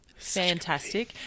Fantastic